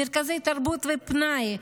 מרכזי תרבות ופנאי.